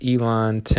Elon